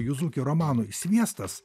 juzuki romanui sviestas